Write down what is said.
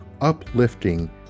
uplifting